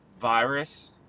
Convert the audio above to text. virus